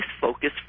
focus